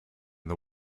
the